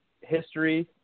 history